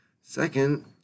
Second